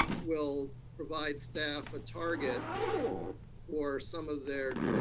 will provide staff a target for some of their